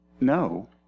No